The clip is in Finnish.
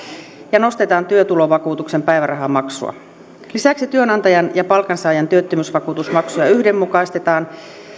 ja nostetaan työtulovakuutuksen päivärahamaksua lisäksi työnantajan ja palkansaajan työttömyysvakuutusmaksuja yhdenmukaistetaan